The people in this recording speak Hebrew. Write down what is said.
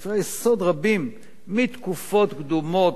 ספרי יסוד רבים מתקופות קדומות,